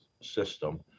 system